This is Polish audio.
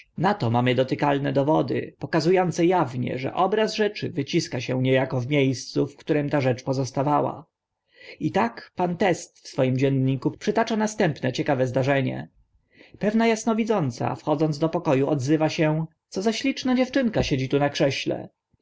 na to mamy dotykalne dowody pokazu ące awnie że obraz rzeczy wyciska się nie ako w mie scu w którym ta rzecz pozostawała i tak pan teste w swoim dzienniku przytacza następu ące ciekawe zdarzenie pewna asnowidząca wchodząc do poko u odzywa się co za śliczna dziewczynka siedzi tu na krześle